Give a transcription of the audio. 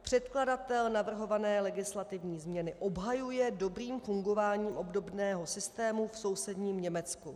Předkladatel navrhované legislativní změny obhajuje dobrým fungováním obdobného systému v sousedním Německu.